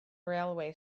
railway